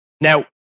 Now